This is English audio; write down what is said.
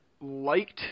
liked